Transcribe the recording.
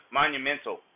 monumental